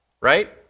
right